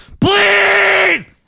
please